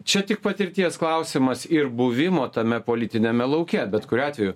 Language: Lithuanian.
čia tik patirties klausimas ir buvimo tame politiniame lauke bet kuriuo atveju